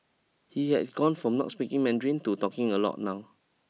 he has gone from not speaking Mandarin to talking a lot now